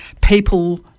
people